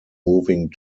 moving